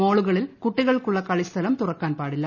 മാളുകളിൽ കുട്ടികൾക്കുള്ള കളിസ്ഥലം തുറക്കാൻ പാടില്ല